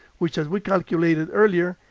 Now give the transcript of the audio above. which as we calculated earlier,